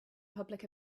public